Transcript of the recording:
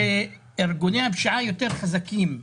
שארגוני הפשיעה יותר חזקים מהמשטרה.